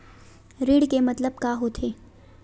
ऋण के मतलब का होथे?